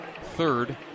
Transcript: third